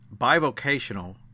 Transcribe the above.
bivocational